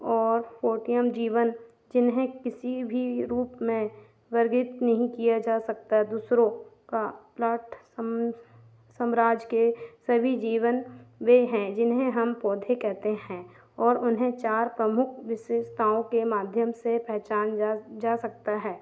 और पोटियम जीवन जिन्हें किसी भी रूप में वर्गित नहीं किया जा सकता दूसरों का प्लाॅट सम सम्राज के सवी जीवन वे हैं जिन्हें हम पौधे कहते हैं और उन्हें चार प्रमुख विशेषताओं के माध्यम से पहचान जा जा सकता है